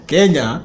Kenya